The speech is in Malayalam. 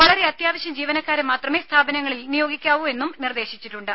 വളരെ അത്യാവശ്യം ജീവനക്കാരെ മാത്രമേ സ്ഥാപനങ്ങളിൽ നിയോഗിക്കാവൂവെന്നും നിർദേശിച്ചിട്ടുണ്ട്